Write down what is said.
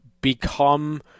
become